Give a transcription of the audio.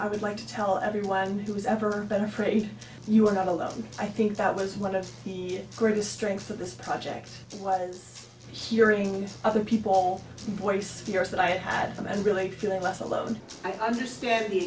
i would like to tell everyone who has ever been afraid you are not alone i think that was one of the greatest strengths of this project was hearing other people where you yes that i had them and really feel less alone i understand